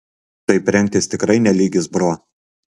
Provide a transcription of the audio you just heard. taip rengtis tikrai ne lygis bro